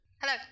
Hello